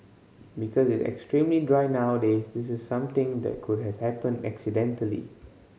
because it's extremely dry nowadays this is something that could have happened accidentally